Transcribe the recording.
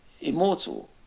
immortal